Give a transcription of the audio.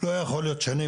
לא יכול להיות שאני,